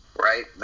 right